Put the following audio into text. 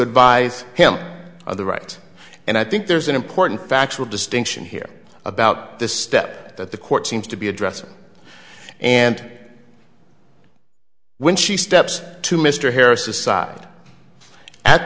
advise him of the right and i think there's an important factual distinction here about this step that the court seems to be addressing and when she steps to mr harris aside at